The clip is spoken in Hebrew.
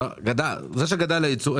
אין ויכוח על כך שגדל הייצוא,